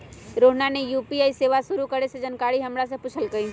रोहन ने यू.पी.आई सेवा शुरू करे के जानकारी हमरा से पूछल कई